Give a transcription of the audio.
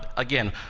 again,